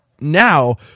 now